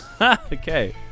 Okay